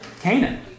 Canaan